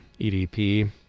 EDP